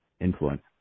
influence